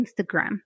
Instagram